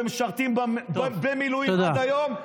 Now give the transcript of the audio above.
והם משרתים במילואים עד היום,